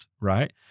right